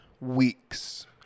weeks